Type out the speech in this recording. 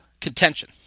contention